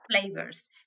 flavors